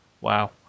wow